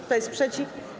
Kto jest przeciw?